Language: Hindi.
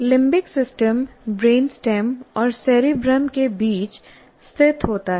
लिम्बिक सिस्टम ब्रेनस्टेम और सेरेब्रम के बीच स्थित होता है